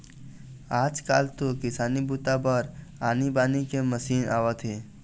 आजकाल तो किसानी बूता बर आनी बानी के मसीन आवत हे